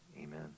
amen